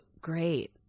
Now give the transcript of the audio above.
great